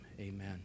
amen